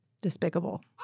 despicable